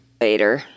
Later